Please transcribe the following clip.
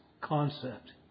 concept